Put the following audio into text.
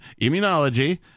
immunology